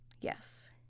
Yes